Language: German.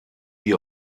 die